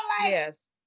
Yes